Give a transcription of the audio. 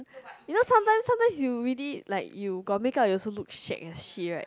you know sometimes sometimes you really like you got makeup also look shag as shit right